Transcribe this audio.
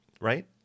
right